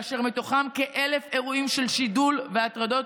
כאשר מתוכם כ-1,000 אירועים של שידול והטרדות